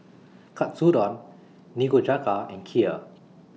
Katsudon Nikujaga and Kheer